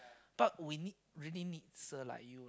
but we need we really need sir like you lah